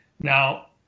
Now